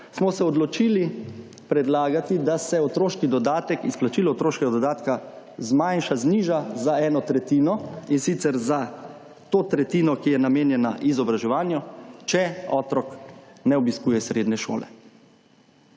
smo se odločili predlagati, da se otroški dodatek, izplačilo otroškega dodatka zmanjša, zniža za eno tretjino in sicer za to tretjino, ki je namenjena izobraževanju, če otrok ne obiskuje srednje šole.